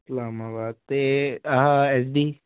ਇਸਲਾਮਾਬਾਦ ਅਤੇ ਇਹ S D